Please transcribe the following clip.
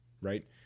right